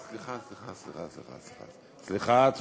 סליחה, סליחה, סליחה.